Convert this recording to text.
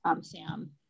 Sam